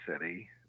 city